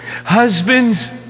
Husbands